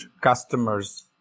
customers